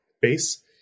base